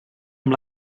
amb